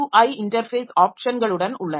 ஐ interface ஆப்ஷன்களுடன் உள்ளன